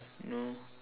no